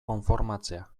konformatzea